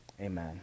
amen